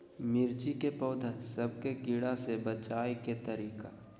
मिर्ची के पौधा सब के कीड़ा से बचाय के तरीका?